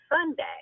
Sunday